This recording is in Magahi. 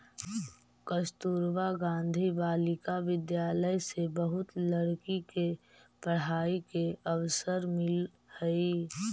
कस्तूरबा गांधी बालिका विद्यालय से बहुत लड़की के पढ़ाई के अवसर मिलऽ हई